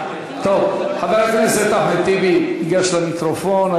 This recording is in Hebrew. טוב, חבר הכנסת אחמד טיבי, גש למיקרופון.